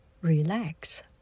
relax